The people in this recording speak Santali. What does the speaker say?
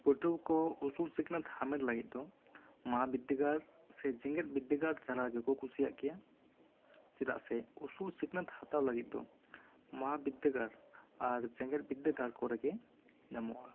ᱯᱟᱹᱴᱷᱩᱣᱟᱹ ᱠᱚ ᱩᱥᱩᱞ ᱥᱤᱠᱷᱱᱟᱹᱛ ᱦᱟᱢᱮᱴ ᱞᱟᱹᱜᱤᱫ ᱫᱚ ᱢᱚᱦᱟ ᱵᱤᱫᱽᱫᱟᱹᱜᱟᱲ ᱥᱮ ᱡᱮᱜᱮᱫ ᱵᱤᱫᱽᱫᱟᱹᱜᱟᱲ ᱪᱟᱞᱟᱣ ᱜᱮᱠᱚ ᱠᱩᱥᱤᱭᱟᱜ ᱜᱮᱭᱟ ᱪᱮᱫᱟᱜ ᱥᱮ ᱩᱥᱩᱞ ᱥᱤᱠᱷᱱᱟᱹᱛ ᱦᱟᱛᱟᱣ ᱞᱟᱹᱜᱤᱫ ᱫᱚ ᱢᱚᱦᱟ ᱵᱤᱫᱽᱫᱟᱹᱜᱟᱲ ᱟᱨ ᱡᱮᱜᱮᱫ ᱵᱤᱫᱽᱫᱟᱹᱜᱟᱲ ᱠᱚᱨᱮ ᱜᱮ ᱧᱟᱢᱚᱜᱼᱟ